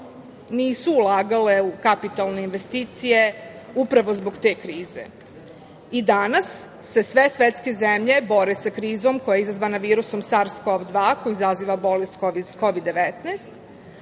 nisu ulagale u kapitalne investicije upravo zbog te krize. Danas se sve svetske zemlje bore sa krizom koja je izazvana virusom SARS-CoV-2, koji izaziva bolest Kovid-19,